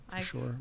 Sure